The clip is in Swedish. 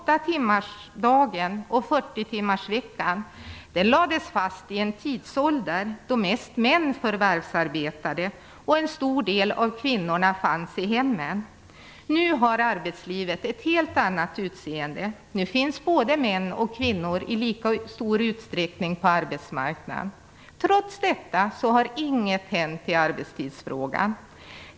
timmarsveckan lades fast i en tidsålder då mest män förvärvsarbetade och en stor del av kvinnorna fanns i hemmen. Nu har arbetslivet ett helt annat utseende. Nu finns både män och kvinnor i lika stor utsträckning på arbetsmarknaden. Trots detta har inget hänt när det gäller arbetstidsfrågan.